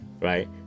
right